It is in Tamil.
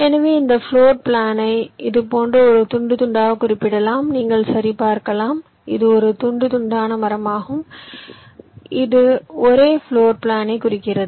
எனவே இந்த பிளோர் பிளானை இது போன்ற ஒரு துண்டு துண்டாகக் குறிப்பிடலாம் நீங்கள் சரிபார்க்கலாம் இது ஒரு துண்டு துண்டான மரமாகும் இது ஒரே பிளோர் பிளானை குறிக்கிறது